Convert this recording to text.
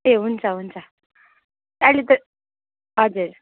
ए हुन्छ हुन्छ अहिले त हजुर